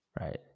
Right